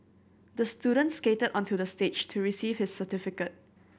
the student skated onto the stage to receive his certificate